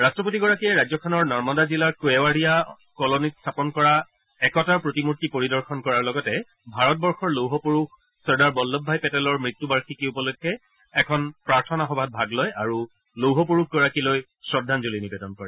ৰাট্টপতিগৰাকীয়ে ৰাজ্যখনৰ নৰ্মদা জিলাৰ কেৱাড়িয়া কলনীত স্থাপন কৰা একতাৰ প্ৰতিমূৰ্তি পৰিদৰ্শন কৰাৰ লগতে ভাৰতবৰ্ষৰ লৌহপুৰুষ চৰ্দাৰ বল্লভ ভাই পেটেলৰ মৃত্য বাৰ্ষিকী উপলক্ষে এখন প্ৰাৰ্থনা সভাত ভাগ লয় আৰু লৌহপুৰুষগৰাকীলৈ শ্ৰদ্ধাঞ্জলি নিবেদন কৰে